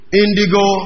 indigo